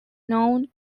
known